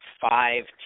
five